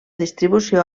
distribució